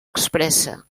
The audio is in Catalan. expressa